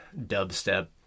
dubstep